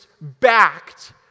backed